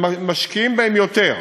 שמשקיעים בהן יותר,